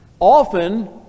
often